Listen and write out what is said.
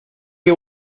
que